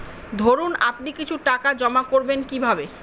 ধরুন আপনি কিছু টাকা জমা করবেন কিভাবে?